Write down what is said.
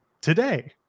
today